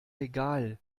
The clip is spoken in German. egal